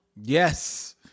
Yes